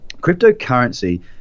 cryptocurrency